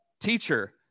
teacher